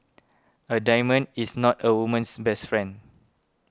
a diamond is not a woman's best friend